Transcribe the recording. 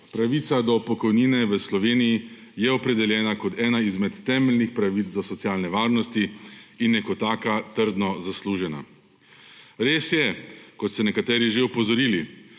Pravica do pokojnine v Sloveniji je opredeljena kot ena izmed temeljnih pravic do socialne varnosti in je kot taka trdno zaslužena. Res je, kot ste nekateri že opozorili,